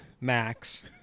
max